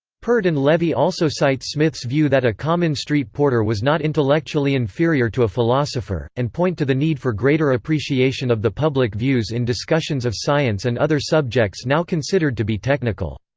peart and levy also cite smith's view that a common street porter was not intellectually inferior to a philosopher, and point to the need for greater appreciation of the public views in discussions of science and other subjects now considered to be technical.